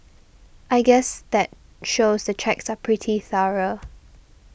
I guess that shows the checks are pretty thorough